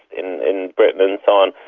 in in britain and so on,